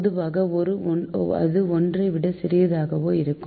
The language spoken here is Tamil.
பொதுவாக இது ஒன்றைவிட சிறியதாகவே இருக்கும்